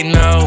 no